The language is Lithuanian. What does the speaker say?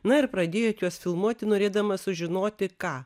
na ir pradėjot juos filmuoti norėdama sužinoti ką